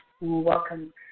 Welcome